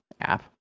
app